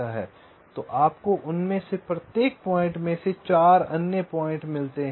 तो आपको उनमें से प्रत्येक पॉइंट में से 4 अन्य पॉइंट मिलते हैं